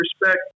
respect